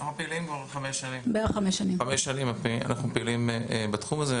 אנחנו פעילים כבר חמש שנים בתחום הזה,